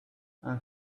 and